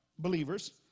Believers